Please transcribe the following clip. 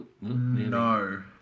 no